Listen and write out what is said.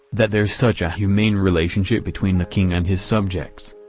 that there's such a humane relationship between the king and his subjects.